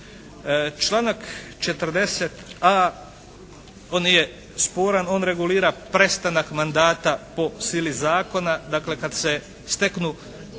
Članak 40.a on nije sporan, on regulira prestanak mandata po sili zakona, dakle kad se steknu